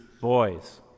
boys